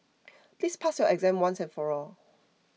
please pass your exam once and for all